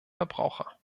verbraucher